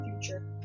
future